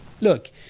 Look